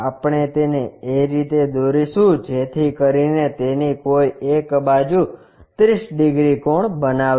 આપણે તેને એ રીતે દોરિશુ જેથી કરીને તેની કોઈ એક બાજુ 30 ડિગ્રી કોણ બનાવશે